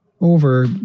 over